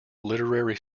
literary